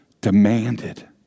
demanded